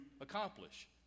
accomplish